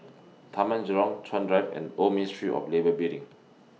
Taman Jurong Chuan Drive and Old Ministry of Labour Building